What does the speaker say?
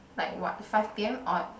like what five p_m or